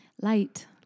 Light